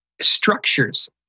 structures